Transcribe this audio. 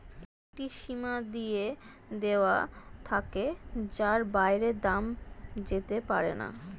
একটি সীমা দিয়ে দেওয়া থাকে যার বাইরে দাম যেতে পারেনা